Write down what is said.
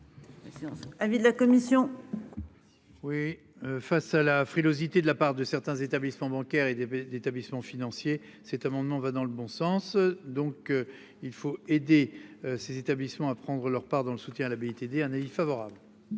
Avis de la commission. Oui. Face à la frilosité de la part de certains établissements bancaires et des d'établissements financiers. Cet amendement va dans le bon sens. Donc il faut aider ces établissements à prendre leur part dans le soutien à la BITD, un avis favorable.